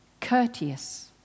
courteous